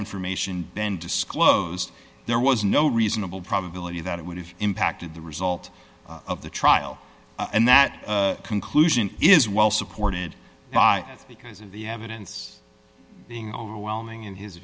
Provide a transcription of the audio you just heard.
information been disclosed there was no reasonable probability that it would have impacted the result of the trial and that conclusion is well supported by because of the evidence being overwhelming in his